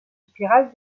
spirale